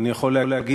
אני יכול להגיד,